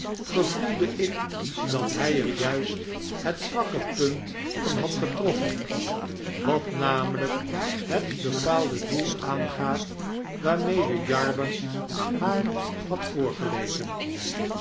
gevoelde ik dat hij er juist het zwakke punt van had getroffen wat namelijk het bepaalde doel aangaat waarmede jarber haar had voorgelezen